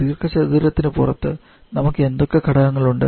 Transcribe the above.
ദീർഘചതുരത്തിന് പുറത്ത് നമുക്ക് എന്തൊക്കെ ഘടകങ്ങളുണ്ട്